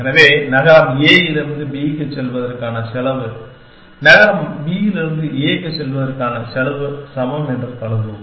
எனவே நகரம் A இலிருந்து B க்குச் செல்வதற்கான செலவு நகரம் B இலிருந்து A க்குச் செல்வதற்கான செலவு சமம் என்று கருதுவோம்